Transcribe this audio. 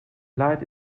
kleid